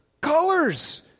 colors